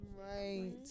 right